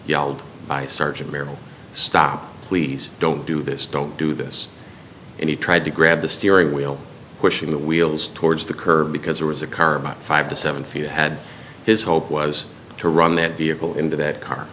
yelled by sergeant merrill stop please don't do this don't do this and he tried to grab the steering wheel pushing the wheels towards the curb because there was a car about five to seven feet had his hope was to run that vehicle into that car